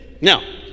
Now